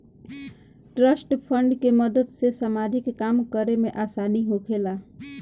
trust fund के मदद से सामाजिक काम करे में आसानी होखेला